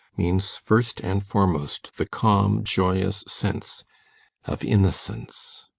means first and foremost the calm, joyous sense of innocence.